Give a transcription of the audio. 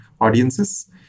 audiences